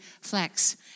flex